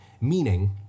Meaning